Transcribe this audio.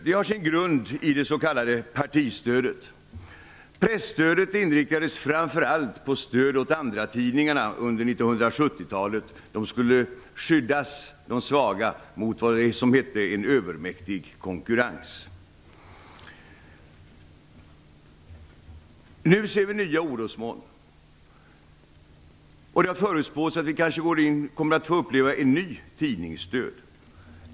Det har sin grund i det s.k. partistödet. Presstödet inriktades framför allt på stöd åt andratidningarna under 1970-talet. De svaga skulle skyddas mot, som det hette, en övermäktig konkurrens. Nu ser vi nya orosmoln. Det har förutspåtts att vi kanske kommer att få uppleva en ny tidningsdöd.